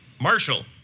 Marshall